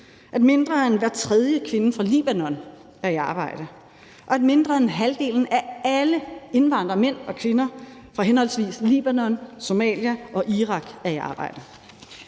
at mindre end hver tredje kvinde fra Libanon er i arbejde, og at mindre end halvdelen af alle indvandrere, både mænd og kvinder, fra henholdsvis Libanon, Somalia og Irak er i arbejde.